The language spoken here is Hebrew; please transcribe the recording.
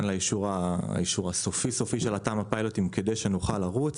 לאישור הסופי של אותם הפיילוטים כדי שנוכל לרוץ.